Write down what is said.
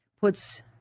puts